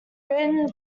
written